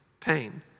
pain